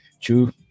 True